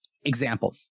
example